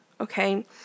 Okay